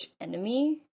enemy